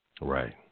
Right